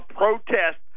protest